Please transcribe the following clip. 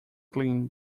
clean